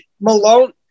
Malone